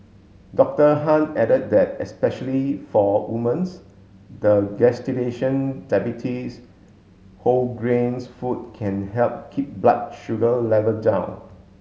Doctor Han added that especially for woman's the gestation diabetes whole grains food can help keep blood sugar level down